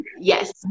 yes